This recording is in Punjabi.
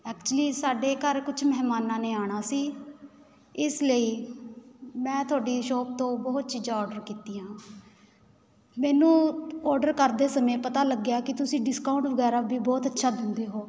ਐਕਚੁਲੀ ਸਾਡੇ ਘਰ ਕੁਛ ਮਹਿਮਾਨਾਂ ਨੇ ਆਉਣਾ ਸੀ ਇਸ ਲਈ ਮੈਂ ਤੁਹਾਡੀ ਸ਼ੋਪ ਤੋਂ ਬਹੁਤ ਚੀਜਾਂ ਓਰਡਰ ਕੀਤੀਆਂ ਮੈਨੂੰ ਓਰਡਰ ਕਰਦੇ ਸਮੇਂ ਪਤਾ ਲੱਗਿਆ ਕਿ ਤੁਸੀਂ ਡਿਸਕਾਊਂਟ ਵਗੈਰਾ ਵੀ ਬਹੁਤ ਅੱਛਾ ਦਿੰਦੇ ਹੋ